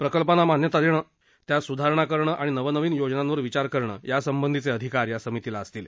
प्रकल्पांना मान्यता देणं त्यात सुधारणा करणं आणि नवनवीन योजनांवर विचार करणं यासंबंधीचे अधिकार या समितीला असतील